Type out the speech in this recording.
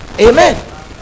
amen